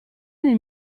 nel